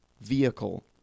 vehicle